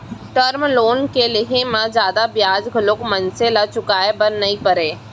term loan के लेहे म जादा बियाज घलोक मनसे ल चुकाय बर नइ परय